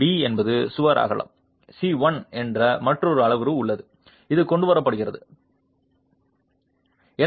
b என்பது சுவரின் அகலம் C I என்ற மற்றொரு அளவுரு உள்ளது இது கொண்டு வரப்படுகிறது இது ஒன்றும் இல்லை